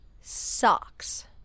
Socks